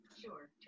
Sure